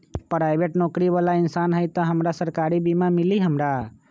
Private नौकरी बाला इंसान हई त हमरा सरकारी बीमा मिली हमरा?